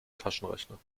taschenrechner